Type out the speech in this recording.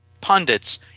pundits